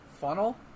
funnel